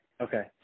Okay